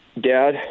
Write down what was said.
dad